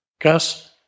Gus